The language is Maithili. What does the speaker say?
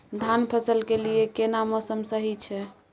धान फसल के लिये केना मौसम सही छै?